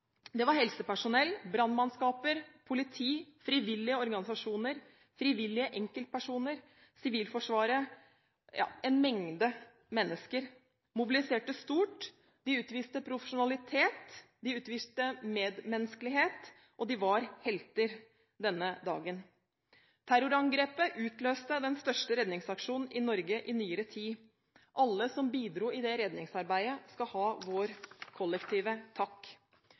Det var helsepersonell, brannmannskaper, politi, frivillige organisasjoner, frivillige enkeltpersoner og Sivilforsvaret. En mengde mennesker mobiliserte stort. De utviste profesjonalitet. De utviste medmenneskelighet. De var helter denne dagen. Terrorangrepet utløste den største redningsaksjonen i Norge i nyere tid. Alle som bidro i det redningsarbeidet, skal ha vår kollektive takk.